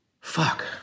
Fuck